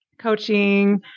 coaching